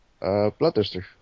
bloodthirster